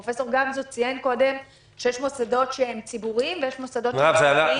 פרופ' גמזו ציין קודם שיש מוסדות שהם ציבוריים ויש מוסדות שהם פרטיים.